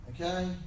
Okay